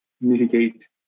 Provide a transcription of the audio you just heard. mitigate